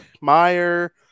Meyer